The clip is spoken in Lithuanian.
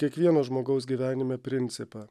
kiekvieno žmogaus gyvenime principą